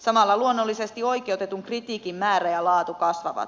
samalla luonnollisesti oikeutetun kritiikin määrä ja laatu kasvavat